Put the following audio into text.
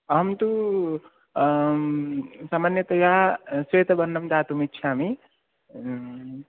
अहं तु सामान्यतया स्वेतवर्णं दातुम् इच्छामि